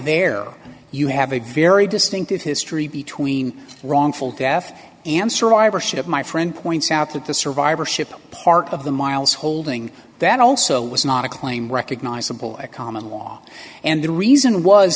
there you have a very distinctive history between wrongful death and survivorship my friend points out that the survivorship part of the miles holding that also was not a claim recognizable as common law and the reason was